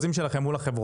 זה ספציפית כל חברה?